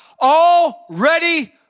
already